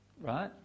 right